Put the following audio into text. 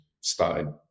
started